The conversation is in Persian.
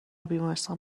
بیمارستان